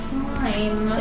time